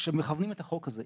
שמכוונים את החוק הזה,